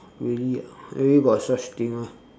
really ah really got such thing meh